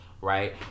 right